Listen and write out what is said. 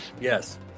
Yes